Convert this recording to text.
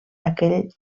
aquell